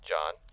John